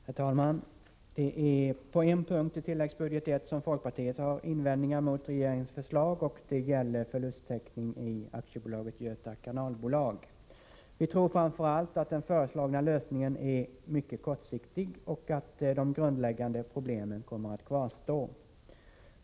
Herr talman! Det är på en punkt i tilläggsbudget I som folkpartiet har invändningar mot regeringens förslag. Det gäller förlusttäckning i AB Göta kanalbolag. Vi tror framför allt att den föreslagna lösningen är mycket kortsiktig och att de grundläggande problemen kommer att kvarstå.